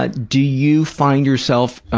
ah do you find yourself, and